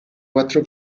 quattro